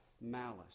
malice